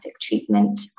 treatment